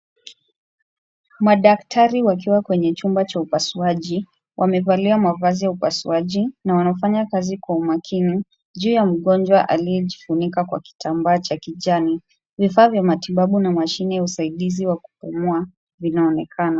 Madaktari wakiwa kwenye chumba cha upasuaji, wamevalia mavazi ya upasuaji na wanafanya kazi kwa umakini juu ya mgonjwa aliyejifunika kwa kitambaa cha kijani. Vifaa vya matibabu na mashine ya usaidizi wa kupumua vinaonekana.